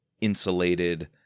insulated